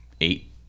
eight